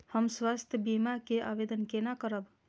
हम स्वास्थ्य बीमा के आवेदन केना करब?